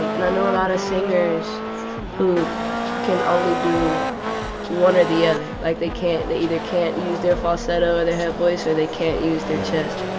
and and i know a lot of singers who can only do one or the other. like, they can't they either can't use their falsetto or their head voice, or they can't use their chest.